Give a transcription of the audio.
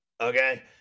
okay